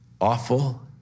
awful